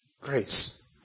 grace